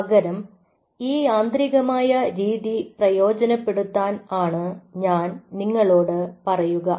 പകരം ഈ യാന്ത്രികമായ രീതി പ്രയോജനപ്പെടുത്താൻ ആണ് ഞാൻ നിങ്ങളോട് പറയുക